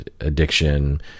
addiction